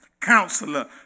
Counselor